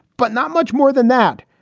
but not much more than that.